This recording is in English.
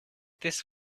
this